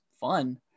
fun